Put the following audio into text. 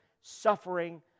suffering